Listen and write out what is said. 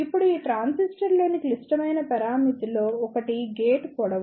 ఇప్పుడు ఈ ట్రాన్సిస్టర్లోని క్లిష్టమైన పరామితిలో ఒకటి గేట్ పొడవు